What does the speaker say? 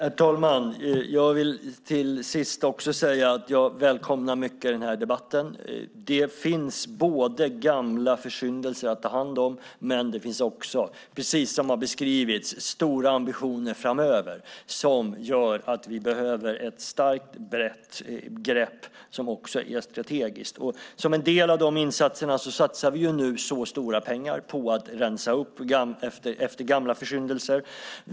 Herr talman! Jag vill till sist säga att jag välkomnar den här debatten mycket. Det finns både gamla försyndelser att ta hand om och stora ambitioner framöver, precis som har beskrivits, som gör att vi behöver ett starkt och brett grepp som också är strategiskt. Som en del av de insatserna satsar vi nu stora pengar på att rensa upp efter gamla försyndelser.